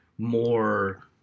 more